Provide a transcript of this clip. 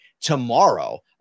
tomorrow